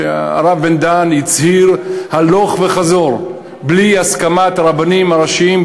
שהרב בן-דהן חזר והצהיר: בלי הסכמת הרבנים הראשיים,